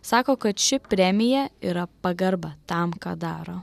sako kad ši premija yra pagarba tam ką daro